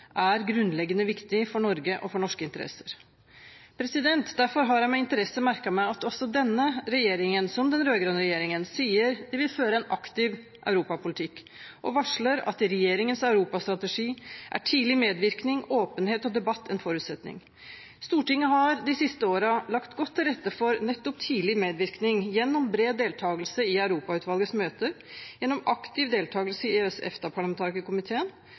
er grunnleggende viktig for Norge og for norske interesser. Derfor har jeg med interesse merket meg at også denne regjeringen, som den rød-grønne regjeringen, sier de vil føre en aktiv europapolitikk, og varsler at i regjeringens europastrategi er tidlig medvirkning, åpenhet og debatt en forutsetning. Stortinget har de siste årene lagt godt til rette for nettopp tidlig medvirkning gjennom bred deltagelse i Europautvalgets møter, gjennom aktiv deltagelse i